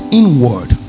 inward